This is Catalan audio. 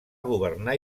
governar